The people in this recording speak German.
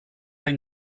ein